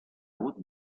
haute